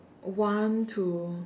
one to